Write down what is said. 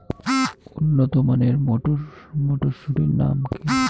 উন্নত মানের মটর মটরশুটির নাম?